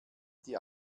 die